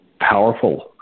powerful